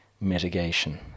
mitigation